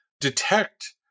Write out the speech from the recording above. detect